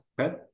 Okay